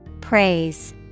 Praise